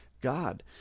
God